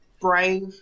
brave